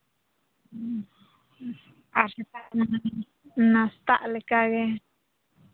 ᱦᱮᱸ ᱟᱨ ᱥᱮᱛᱟᱜ ᱢᱟ ᱱᱟᱥᱛᱟᱜ ᱞᱮᱠᱟᱜᱮ